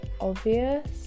obvious